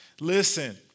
Listen